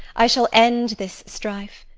i shall end this strife,